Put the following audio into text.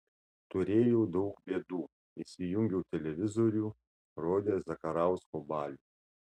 turėjau daug bėdų įsijungiau televizorių rodė zakarausko balių